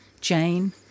jane